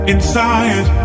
Inside